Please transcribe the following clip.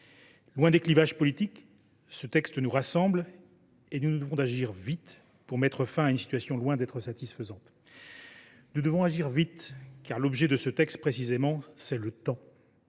Loin des clivages politiques, ce texte nous rassemble ; nous nous devons d’agir vite pour mettre fin à une situation qui est loin d’être satisfaisante. Nous devons agir vite, car l’objet de ce texte, précisément, c’est le temps.